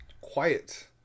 Quiet